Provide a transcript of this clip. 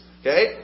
Okay